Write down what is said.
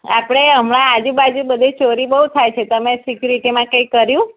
આપણે હમણાં આજુબાજુ બધે ચોરી બહુ થાય છે તમે સિક્યુરિટીમાં કંઈ કર્યું